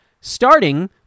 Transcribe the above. starting